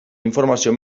informazio